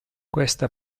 questa